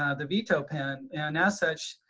ah the veto pen and as such,